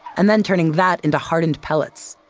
and then turning that into hardened pellets.